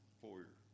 foyer